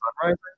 sunrise. –